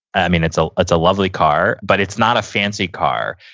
i mean, it's ah it's a lovely car, but it's not a fancy car,